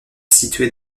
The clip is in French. située